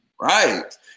Right